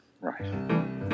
Right